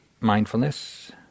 mindfulness